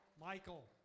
Michael